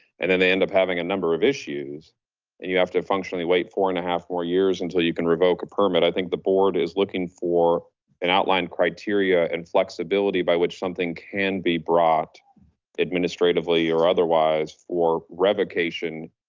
and then they ended up having a number of issues. and you have to functionally wait four and a half more years until you can revoke a permit. i think the board is looking for an outlined criteria and flexibility by which something can be brought administratively or otherwise for revocation,